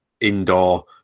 indoor